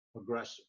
aggressive